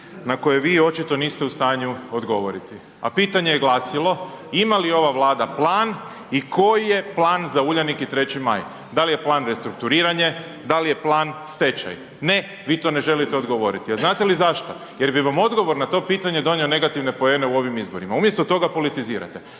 na koje vi očito niste u stanju odgovoriti. A pitanje je glasilo, ima li ova Vlada plan i koji je plan za Uljanik i 3. Maj? Da li je plan restrukturiranje, da li je plan stečaj? Ne, vi to ne želite odgovoriti. A znate li zašto? Jer bi vam odgovor na to pitanje donio negativne poene u ovim izborima. Umjesto toga, politizirate.